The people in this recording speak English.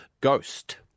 ghost